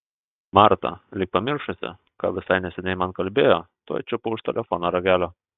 marta lyg pamiršusi ką visai neseniai man kalbėjo tuoj čiupo už telefono ragelio